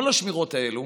כל השמירות האלו